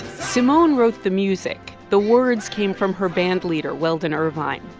simone wrote the music. the words came from her bandleader weldon irvine.